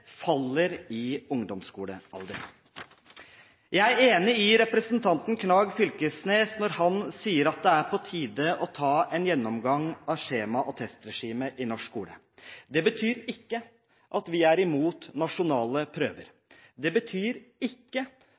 faller i ungdomsskolealder. Jeg er enig med representanten Knag Fylkesnes når han sier at det er på tide å ta en gjennomgang av skjema- og testregimet i norsk skole. Det betyr ikke at vi er imot nasjonale prøver. Det betyr ikke